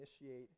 initiate